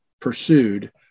pursued